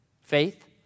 faith